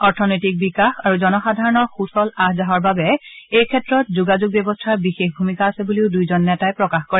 অৰ্থনৈতিক বিকাশ আৰু জনসাধাৰণৰ সুচল আহ যাহৰ বাবে এই ক্ষেত্ৰত যোগাযোগ ব্যৱস্থাৰ বিশেষ ভূমিকা আছে বুলিও দুয়োজন নেতাই প্ৰকাশ কৰে